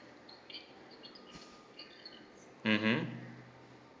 mmhmm